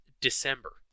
December